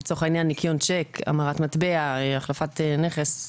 לצורך העניין: ניכיון צ'ק, המרת מטבע, החלפת נכס.